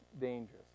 dangerous